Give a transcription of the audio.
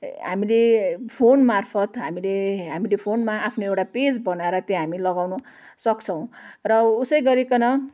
हामीले फोनमार्फत् हामीले हामीले फोनमा आफ्नो एउटा पेज बनाएर त्यो हामी लगाउनु सक्छौँ र उसै गरिकन